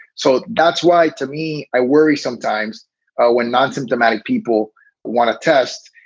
so that's why to me, i worry sometimes when non symptomatic people want to test,